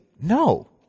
no